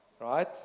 right